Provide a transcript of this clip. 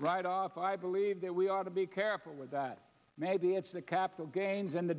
right off i believe that we ought to be careful with that maybe it's the capital gains in the